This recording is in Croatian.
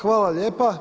Hvala lijepa.